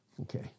Okay